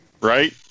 right